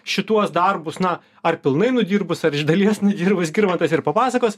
šituos darbus na ar pilnai nudirbus ar iš dalies nedirbus girmantas ir papasakos